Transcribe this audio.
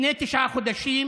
לפני תשעה חודשים